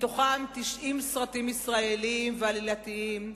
מהם 90 סרטים ישראליים עלילתיים,